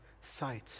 sight